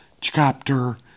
chapter